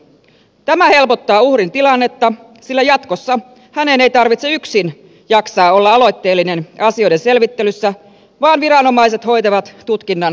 tämä helpottaa uhrin tilannetta sillä jatkossa hänen ei tarvitse yksin jaksaa olla aloitteellinen asioiden selvittelyssä vaan viranomaiset hoitavat tutkinnan ja jatkokäsittelyn